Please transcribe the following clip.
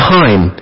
time